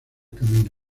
camino